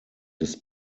des